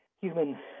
human